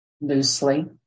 loosely